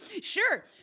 sure